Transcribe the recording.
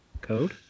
Code